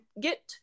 get